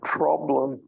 problem